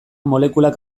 molekulak